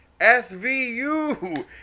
SVU